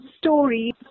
story